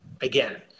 again